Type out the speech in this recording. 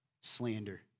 slander